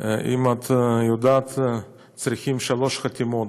אם את יודעת, צריכים שלוש חתימות.